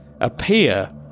appear